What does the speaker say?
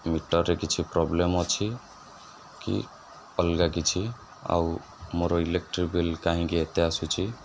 ମିଟର୍ରେ କିଛି ପ୍ରୋବ୍ଲେମ୍ ଅଛି କି ଅଲଗା କିଛି ଆଉ ମୋର ଇଲେକ୍ଟ୍ରି ବିଲ୍ କାହିଁକି ଏତେ ଆସୁଛି